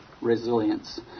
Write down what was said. resilience